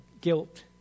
guilt